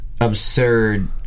absurd